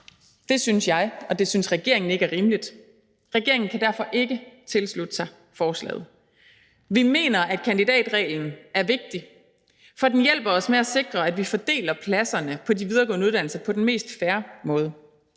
Det synes jeg og det synes regeringen ikke er rimeligt. Regeringen kan derfor ikke tilslutte sig forslaget. Vi mener, at kandidatreglen er vigtig, for den hjælper os med at sikre, at vi fordeler pladserne på de videregående uddannelser på den mest fair måde.